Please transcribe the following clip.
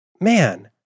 man